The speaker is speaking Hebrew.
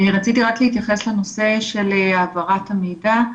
רציתי רק להתייחס לנושא של העברת המידע.